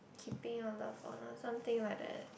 keeping your love one or something like that